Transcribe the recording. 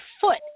foot